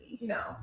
No